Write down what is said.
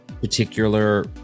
particular